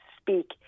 speak